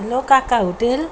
hello काका hotel